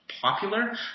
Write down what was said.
popular